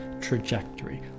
trajectory